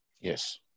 Yes